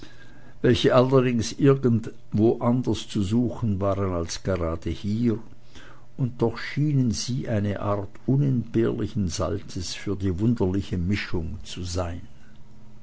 welche allerdings irgend anderswo zu suchen waren als gerade hier und doch schienen sie eine art unentbehrlichen salzes für die wunderliche mischung zu sein